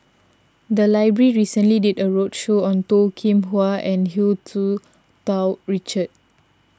the library recently did a roadshow on Toh Kim Hwa and Hu Tsu Tau Richard